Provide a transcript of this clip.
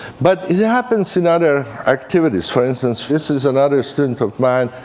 but it happens in other activities. for instance, this is another student of mine,